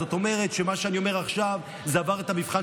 זאת אומרת שמה שאני אומר עכשיו עבר את המבחן